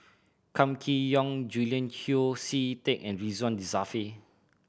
Kam Kee Yong Julian Yeo See Teck and Ridzwan Dzafir